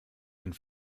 and